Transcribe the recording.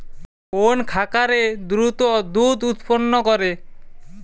কোন খাকারে দ্রুত দুধ উৎপন্ন করে?